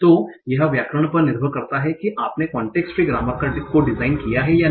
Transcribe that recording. तो यह व्याकरण पर निर्भर करता है कि आपने कांटेक्स्ट फ्री ग्रामर को डिज़ाइन किया है या नहीं